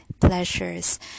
pleasures